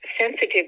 sensitive